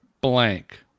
blank